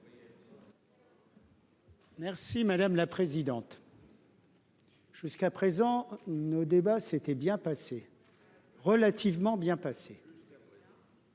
Merci madame la présidente. Jusqu'à présent nos débats s'était bien passée. Relativement bien passé.